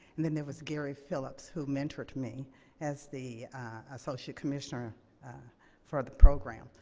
and then there was gary phillips, who mentored me as the associate commissioner for the program.